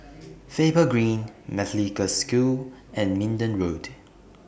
Faber Green Methodist Girls' School and Minden Road